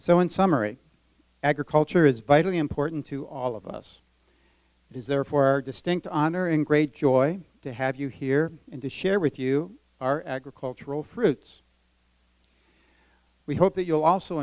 so in summary agriculture is vitally important to all of us it is therefore distinct honor and great joy to have you here in to share with you our agricultural fruits we hope that you will also